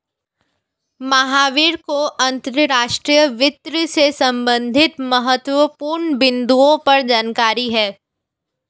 महावीर को अंतर्राष्ट्रीय वित्त से संबंधित महत्वपूर्ण बिन्दुओं पर जानकारी है